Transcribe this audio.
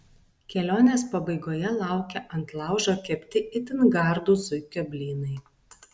kelionės pabaigoje laukia ant laužo kepti itin gardūs zuikio blynai